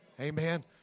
Amen